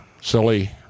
silly